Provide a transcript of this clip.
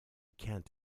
can’t